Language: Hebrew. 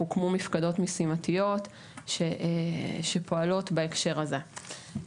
הוקמו מפקדות משימתיות שפועלות בהקשר הזה.